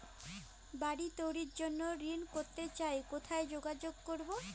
বাড়ি তৈরির জন্য ঋণ করতে চাই কোথায় যোগাযোগ করবো?